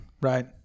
Right